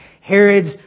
Herod's